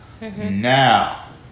now